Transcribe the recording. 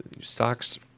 stocks